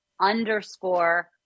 underscore